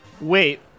Wait